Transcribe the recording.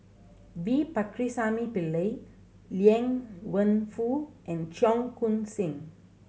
V Pakirisamy Pillai Liang Wenfu and Cheong Koon Seng